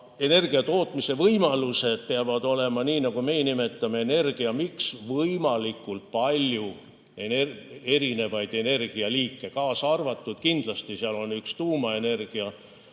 energia tootmise võimalused peavad olema, nii nagu me seda nimetame, energiamiks: võimalikult palju erinevaid energialiike, kaasa arvatud kindlasti tuumaenergia.